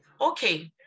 okay